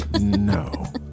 No